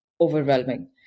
overwhelming